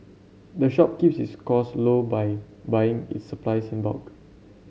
the shop keeps its cost low by buying its supplies in bulk